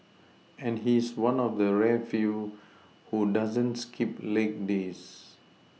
and he's one of the rare few who doesn't skip leg days